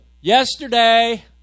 Yesterday